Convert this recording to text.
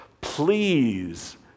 Please